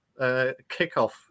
kickoff